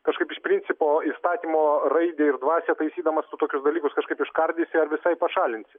kažkaip iš principo įstatymo raidę ir dvasią taisydamas tu tokius dalykus kažkaip iškardysi ar visai pašalinsi